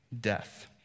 death